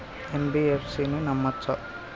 NBFC ని నమ్మచ్చా?